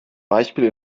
beispiel